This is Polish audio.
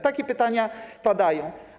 Takie pytania padają.